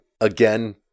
again